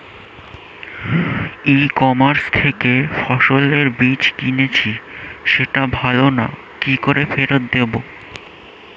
ই commerce থেকে ফসলের বীজ কিনেছি সেটা ভালো না কি করে ফেরত দেব?